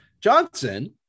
Johnson